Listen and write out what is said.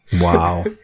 Wow